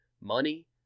money